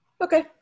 Okay